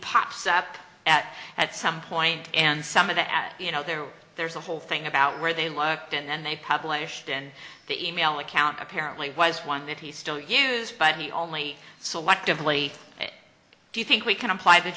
pops up at at some point and some of the ad you know there there's a whole thing about where they liked and then they published in the e mail account apparently was one that he still use funny only selectively do you think we can apply the